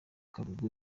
kagugu